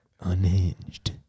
Unhinged